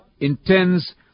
intends